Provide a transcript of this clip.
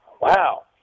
Wow